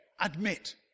admit